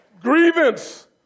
Grievance